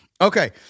Okay